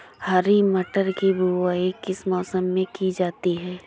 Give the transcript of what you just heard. हरी मटर की बुवाई किस मौसम में की जाती है?